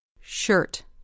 Shirt